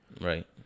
Right